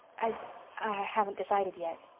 i i haven't decided yet,